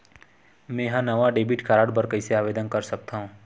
मेंहा नवा debit card बर कैसे आवेदन कर सकथव?